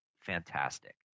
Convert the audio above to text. fantastic